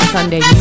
Sunday